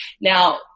Now